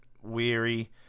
weary